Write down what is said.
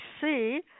see